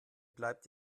bleibt